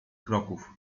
kroków